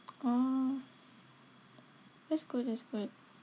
oh that's good that's good